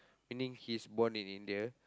meaning he's born in India